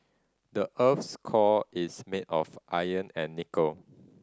the earth's core is made of iron and nickel